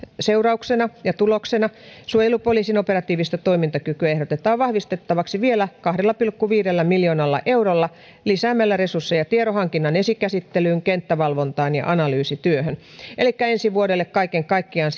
seurauksena ja tuloksena suojelupoliisin operatiivista toimintakykyä ehdotetaan vahvistettavaksi vielä kahdella pilkku viidellä miljoonalla eurolla lisäämällä resursseja tiedonhankinnan esikäsittelyyn kenttävalvontaan ja analyysityöhön elikkä ensi vuodelle kaiken kaikkiaan